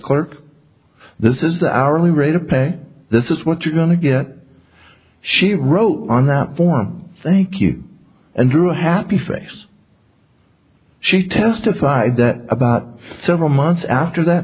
clerk this is the hourly rate of pay this is what you're going to get she wrote on that form thank you and drew a happy face she testified that about several months after that